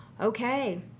okay